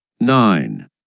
Nine